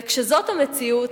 וכשזאת המציאות,